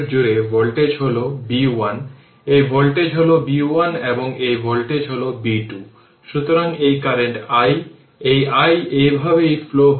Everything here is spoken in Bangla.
সুতরাং i 4 Ω রেজিস্টেন্স এর মধ্য দিয়ে এই স্রোতের দিকটি এভাবে দেওয়া হয়